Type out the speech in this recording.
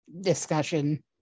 discussion